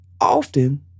often